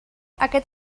aquest